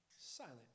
silent